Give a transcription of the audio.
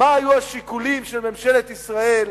מה היו השיקולים של ממשלת ישראל